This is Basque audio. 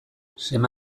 seme